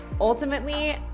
Ultimately